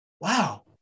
wow